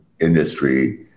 industry